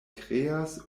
kreas